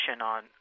on